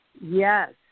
yes